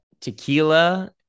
tequila